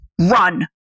Run